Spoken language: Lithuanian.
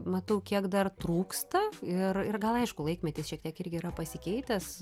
matau kiek dar trūksta ir ir gal aišku laikmetis šiek tiek irgi yra pasikeitęs